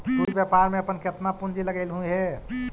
तु इ व्यापार में अपन केतना पूंजी लगएलहुं हे?